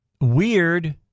weird